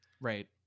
Right